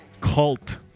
cult